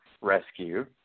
rescue